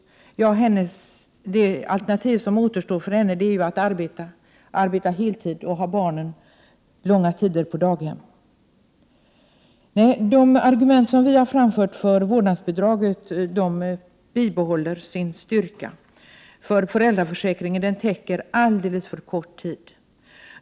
Ja, det alternativ som återstår för henne är att arbeta heltid och ha barnen på daghem långa tider. Nej, de argument som vi har framfört för vårdnadsbidraget bibehåller sin styrka. Föräldraförsäkringen täcker alldeles för kort tid.